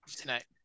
tonight